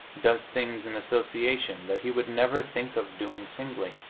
does things in association that he would never think of doing singly.